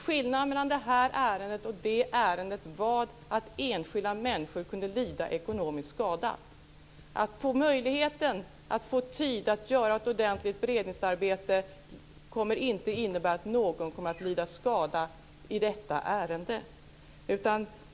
Skillnaden mellan detta ärende och dåvarande ärendet var att enskilda människor kunde lida ekonomisk skada. Att få möjligheten att få tid att göra ett ordentligt beredningsarbete kommer inte att innebära att någon kommer att lida skada i detta ärende.